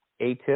ATIP